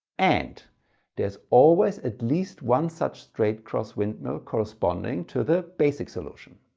and there's always at least one such straight cross windmill corresponding to the basic solution.